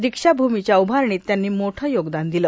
दिक्षाभूमीच्या उभारणीत त्यांनी मोठे योगदान दिले